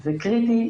זה קריטי,